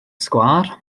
sgwâr